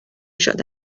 شده